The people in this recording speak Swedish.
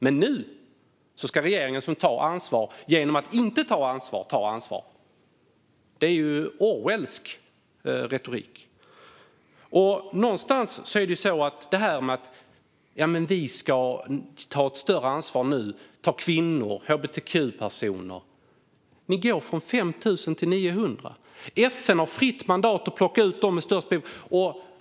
Men nu ska regeringen, som tar ansvar genom att inte ta ansvar, ta ansvar. Det är ju orwellsk retorik. Ministern säger att man nu ska ta större ansvar för kvinnor och hbtq-personer. Men man går från 5 000 till 900. FN har fritt mandat att plocka ut dem med störst behov.